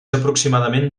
aproximadament